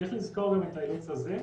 צריך לזכור את האילוץ הזה.